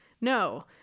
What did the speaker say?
no